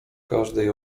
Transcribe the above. każdej